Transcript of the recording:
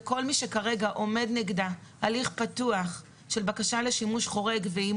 כל מי שכרגע עומד נגדה הליך פתוח של בקשה לשימוש חורג והיא